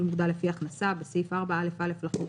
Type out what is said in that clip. מוגדל לפי הכנסה 3 בסעיף 4א(א) לחוק,